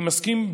אני מסכים,